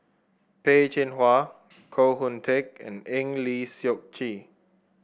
Peh Chin Hua Koh Hoon Teck and Eng Lee Seok Chee